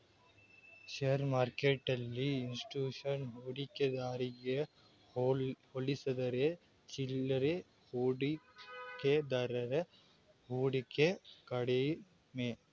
share ಮಾರ್ಕೆಟ್ಟೆಲ್ಲಿ institution ಹೂಡಿಕೆದಾರಗೆ ಹೋಲಿಸಿದರೆ ಚಿಲ್ಲರೆ ಹೂಡಿಕೆದಾರರ ಹೂಡಿಕೆ ಕಡಿಮೆ